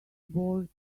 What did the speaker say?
bored